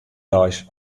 deis